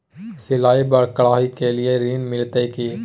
सिलाई, कढ़ाई के लिए ऋण मिलते की?